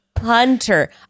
hunter